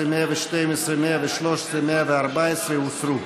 114 הוסרו.